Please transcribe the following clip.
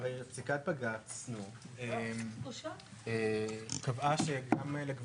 הישיבה ננעלה בשעה 16:05.